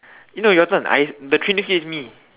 you know you're turn the I the three is me